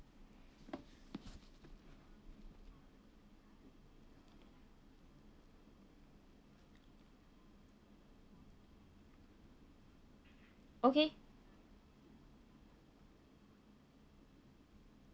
okay